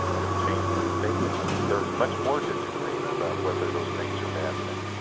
or changes in thinking there's much more disagreement about whether those things are bad things.